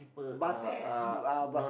Barthez mm uh ba~